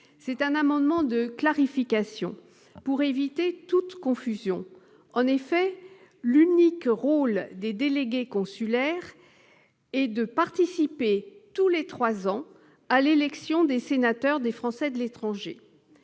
en délégués électoraux, pour éviter toute confusion. En effet, l'unique rôle des délégués consulaires est de participer, tous les trois ans, à l'élection des sénateurs des Français de l'étranger.